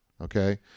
okay